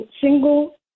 single